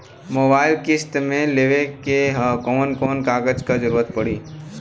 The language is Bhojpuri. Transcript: मोबाइल किस्त मे लेवे के ह कवन कवन कागज क जरुरत पड़ी?